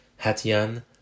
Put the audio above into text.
hatian